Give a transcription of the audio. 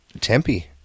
Tempe